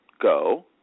go